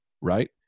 right